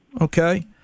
okay